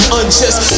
unjust